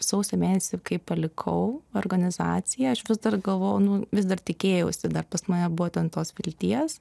sausio mėnesį kai palikau organizaciją aš vis dar galvojau nu vis dar tikėjausi dar pas mane buvo ten tos vilties